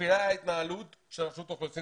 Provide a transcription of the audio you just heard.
משפיעה על התנהלות של רשות האוכלוסין